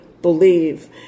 believe